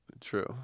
True